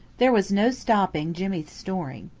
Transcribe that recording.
there was no stopping jimmy's snoring.